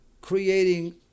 creating